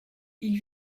ils